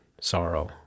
sorrow